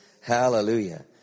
Hallelujah